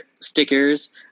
stickers